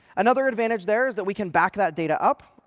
another advantage there is that we can back that data up.